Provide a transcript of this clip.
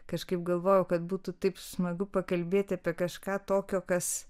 kažkaip galvoju kad būtų taip smagu pakalbėti apie kažką tokio kas